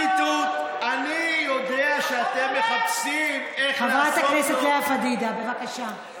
חברת הכנסת לאה פדידה, בבקשה.